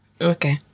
Okay